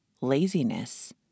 laziness